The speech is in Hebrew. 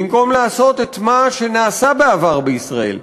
במקום לעשות את מה שנעשה בעבר בישראל,